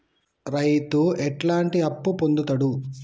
రైతు ఎట్లాంటి అప్పు పొందుతడు?